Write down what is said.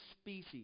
species